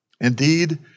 Indeed